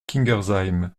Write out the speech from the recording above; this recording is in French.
kingersheim